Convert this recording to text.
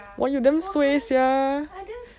!wah! you damn suay sia